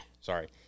sorry